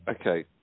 Okay